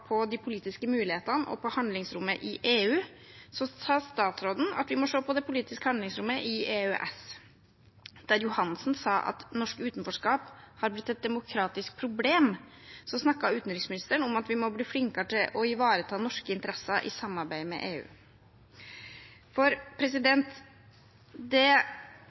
på de politiske mulighetene og handlingsrommet i EU, sa utenriksministeren at vi må se på det politiske handlingsrommet i EØS. Der Johansen sa at norsk utenforskap har blitt et demokratisk problem, snakket utenriksministeren om at vi må bli flinkere til å ivareta norske interesser i samarbeidet med EU. Det utenriksministeren har kommet til Stortinget for